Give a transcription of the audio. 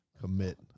commit